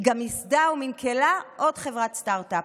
היא גם ייסדה ומנכ"לה עוד חברת סטרטאפ.